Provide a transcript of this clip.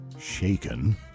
Shaken